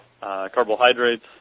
carbohydrates